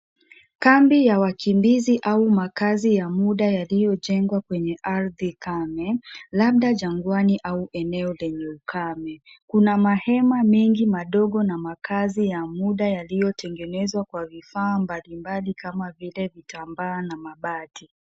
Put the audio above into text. Kambi ya wakimbizi au makazi ya muda yaliyojengwa kwenye ardhi kame, labda jangwani au eneo lenye ukame. Kuna mahema mengi madogo na makazi ya muda, yaliyotengenezwa kwa vifaa mbalimbali kama vile vitambaa na mabati.